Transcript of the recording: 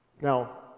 now